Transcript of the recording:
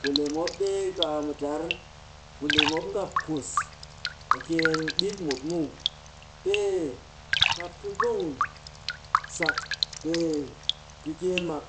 Kule mop ɗee kaa mu tar, ku le mop ngap kus kɨkyeen ɓit mut muw. Pee kat ka gong sak pee kɨkyeen mak,